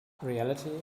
reality